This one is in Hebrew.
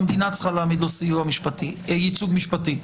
המדינה צריכה להעמיד לו ייצוג משפטי.